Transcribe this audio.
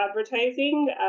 Advertising